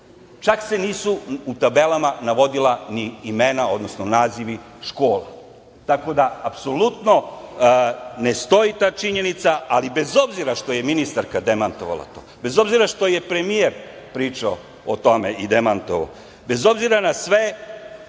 čak se nisu u tabelama navodila ni imena, odnosno nazivi škola. Tako da, apsolutno ne stoji ta činjenica, ali bez obzira što je ministarka demantovala to, bez obzira što je premijer pričao o tome i demantovao, bez obzira na sve